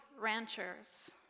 ranchers